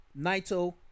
Naito